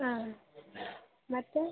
ಹಾಂ ಮತ್ತು